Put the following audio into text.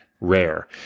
Rare